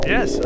Yes